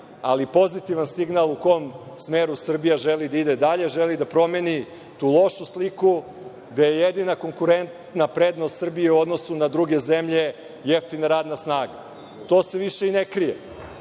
ali pozitivan signal u kom smeru Srbija želi da ide dalje, želi da promeni tu lošu sliku gde je jedina konkurentna prednost Srbije u odnosu na druge zemlje jeftina radna snaga. To se više i ne